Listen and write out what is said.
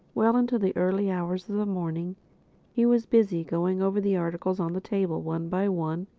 well into the early hours of the morning he was busy going over the articles on the table one by one,